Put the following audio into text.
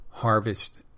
harvest